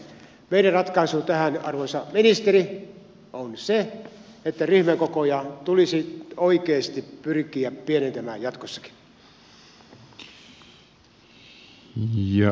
meidän ratkaisumme tähän arvoisa ministeri on se että ryhmäkokoja tulisi oikeasti pyrkiä pienentämään jatkossakin